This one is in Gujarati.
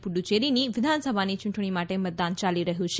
પુડુચ્ચેરીની વિધાનસભાની ચુંટણી માટે મતદાન ચાલી રહ્યું છે